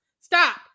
Stop